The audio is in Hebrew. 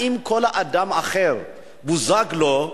האם כל אדם אחר, בוזגלו,